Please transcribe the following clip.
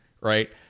right